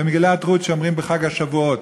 במגילת רות שאומרים בחג השבועות.